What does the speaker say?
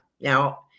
Now